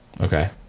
Okay